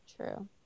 true